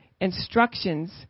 instructions